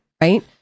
right